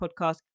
podcast